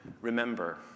remember